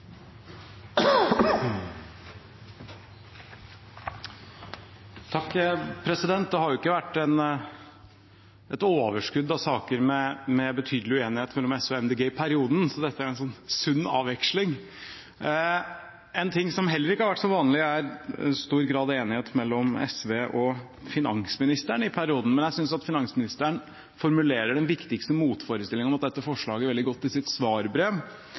Det har ikke vært et overskudd av saker med betydelig uenighet mellom SV og Miljøpartiet De Grønne i denne perioden, så dette er en sunn avveksling. En ting som heller ikke har vært så vanlig, er stor grad av enighet mellom SV og finansministeren i denne perioden, men jeg synes at finansministeren formulerer den viktigste motforestillingen mot dette forslaget veldig godt i sitt svarbrev,